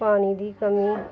ਪਾਣੀ ਦੀ ਕਮੀ